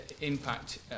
impact